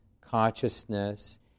consciousness